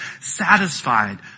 Satisfied